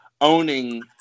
owning